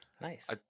Nice